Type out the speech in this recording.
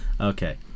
okay